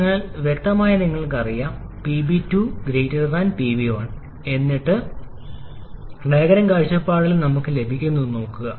അതിനാൽ വ്യക്തമായി നിങ്ങളുടെ 𝑃𝐵 2 1 എന്നിട്ട് ഡയഗ്രം കാഴ്ചപ്പാടിൽ നിന്ന് ഞങ്ങൾക്ക് ലഭിക്കുന്നത് നോക്കുക